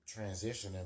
transitioning